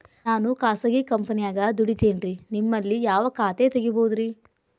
ನಾನು ಖಾಸಗಿ ಕಂಪನ್ಯಾಗ ದುಡಿತೇನ್ರಿ, ನಿಮ್ಮಲ್ಲಿ ಯಾವ ಖಾತೆ ತೆಗಿಬಹುದ್ರಿ?